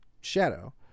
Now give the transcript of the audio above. shadow